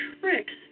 tricks